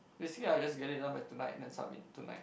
basically I just get it done by tonight then submit tonight